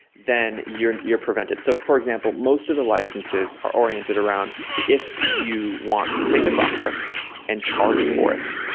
then you're you're prevented. so, for example, most of the licenses are oriented around if you want to take the software and charge for it,